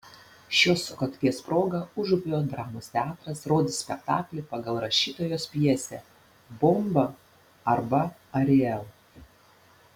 šios sukakties proga užupio dramos teatras rodys spektaklį pagal rašytojos pjesę bomba arba ariel